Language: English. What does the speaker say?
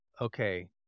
okay